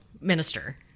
minister